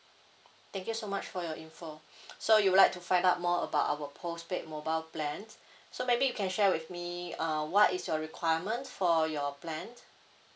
thank you so much for your information so you would like to find out more about our postpaid mobile plans so maybe you can share with me um what is your requirement for your plan